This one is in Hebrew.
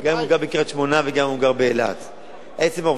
גם אם הוא גר בקריית-שמונה וגם אם הוא גר באילת,